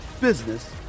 business